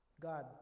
God